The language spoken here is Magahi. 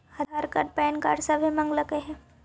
आधार कार्ड पैन कार्ड सभे मगलके हे?